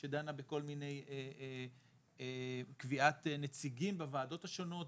שדנה בכל מיני קביעת נציגים בוועדות השונות.